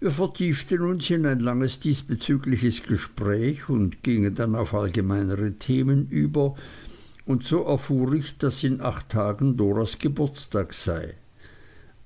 wir vertieften uns in ein langes diesbezügliches gespräch gingen dann auf allgemeinere themen über und so erfuhr ich daß in acht tagen doras geburtstag sei